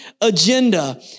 agenda